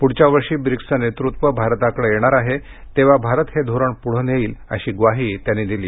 पुढच्या वर्षी ब्रिक्सचं नेतृत्व भारताकडे येणार आहे तेव्हा भारत हे धोरण पुढे नेईल अशी ग्वाही त्यांनी दिली